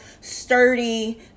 sturdy